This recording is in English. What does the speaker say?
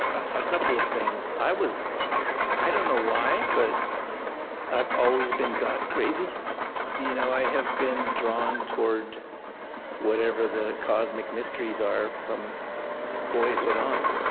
a couple of things i was i don't know why, but i've always been god-crazy you know i have been drawn toward whatever the cosmic mysteries are, from boyhood on,